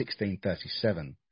16-37